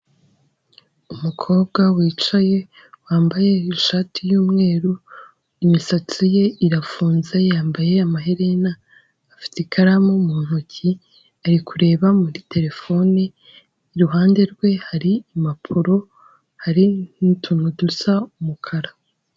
Umukobwa wicaye, wambaye ishati y'umweru, imisatsi ye irafunze yambaye amaherena, afite ikaramu mu ntoki ari kureba muri terefone, iruhande rwe hari impapuro hari n'utuntu dusa umukara.